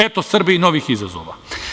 Eto Srbiji novih izazova.